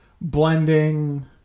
blending